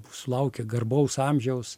sulaukė garbaus amžiaus